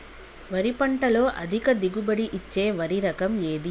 వరి పంట లో అధిక దిగుబడి ఇచ్చే వరి రకం ఏది?